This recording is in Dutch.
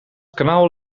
kanaal